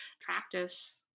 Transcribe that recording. Practice